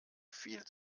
viel